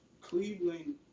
Cleveland